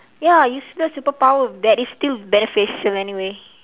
ya useless superpower that is still beneficial anyway